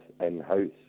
in-house